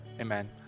Amen